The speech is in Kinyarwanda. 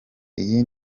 iyi